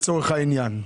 לצורך העניין.